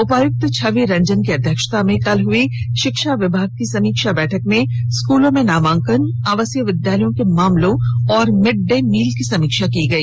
उपायुक्त छवि रंजन की अध्यक्षता में कल हई शिक्षा विभाग की समीक्षा बैठक में स्कूलों में नामांकन आवासीय विद्यालयों के मामलों और मिडडे मील की समीक्षा की गई